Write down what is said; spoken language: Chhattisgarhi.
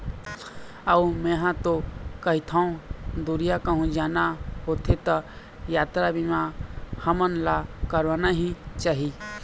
अऊ मेंहा तो कहिथँव दुरिहा कहूँ जाना होथे त यातरा बीमा हमन ला करवाना ही चाही